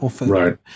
Right